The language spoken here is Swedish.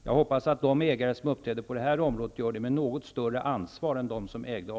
Jag hoppas att de ägare som uppträder på det här området gör det med något större ansvar än dem som ägde A